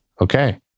Okay